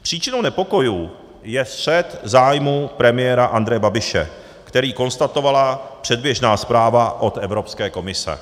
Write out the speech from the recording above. Příčinou nepokojů je střet zájmů premiéra Andreje Babiše, který konstatovala předběžná zpráva od Evropské komise.